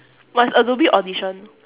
but it's adobe audition